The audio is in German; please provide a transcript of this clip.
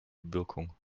wirkung